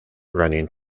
running